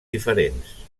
diferents